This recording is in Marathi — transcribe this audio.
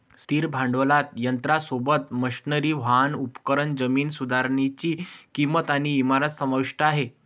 स्थिर भांडवलात यंत्रासोबत, मशनरी, वाहन, उपकरण, जमीन सुधारनीची किंमत आणि इमारत समाविष्ट आहे